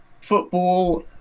football